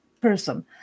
person